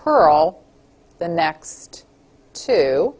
pearl the next two